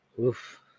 Oof